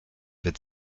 wird